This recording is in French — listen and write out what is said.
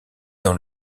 dans